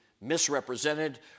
misrepresented